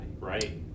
right